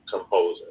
composer